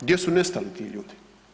Gdje su nestali ti ljudi?